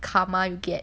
karma you get